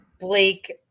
Blake